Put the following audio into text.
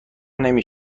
نمی